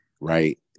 right